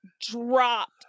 dropped